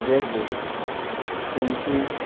جیسے پینسلس